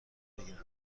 بگیرم